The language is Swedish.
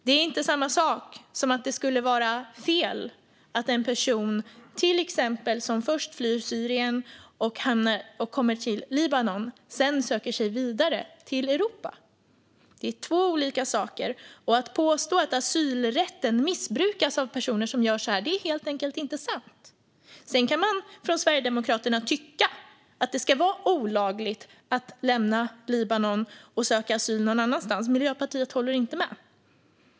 Det är inte samma sak som att det skulle vara fel att en person som till exempel först flyr från Syrien och sedan kommer till Libanon därefter söker sig vidare till Europa. Det är två olika saker. Att påstå att asylrätten missbrukas av personer som gör så är helt enkelt inte sant. Sedan kan man från Sverigedemokraterna tycka att det ska vara olagligt att lämna Libanon och söka asyl någon annanstans. Miljöpartiet håller inte med.